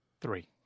Three